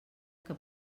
que